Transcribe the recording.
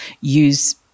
use